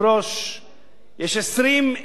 יש 20,000 דירות בתל-אביב.